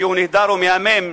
שהוא נהדר ומהמם.